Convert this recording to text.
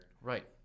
Right